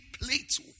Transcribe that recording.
plates